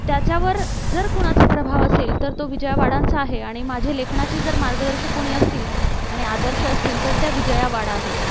त्याच्यावर जर कोणाचा प्रभाव असेल तर तो विजया वाडांचा आहे आणि माझे लेखनाचे जर मार्गदर्शक कोणी असतील आणि आदर्श असतील तर त्या विजया वाड आहेत